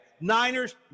niners